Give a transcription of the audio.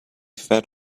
fed